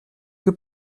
que